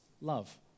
love